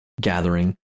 gathering